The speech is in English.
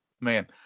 man